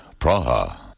Praha